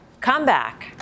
comeback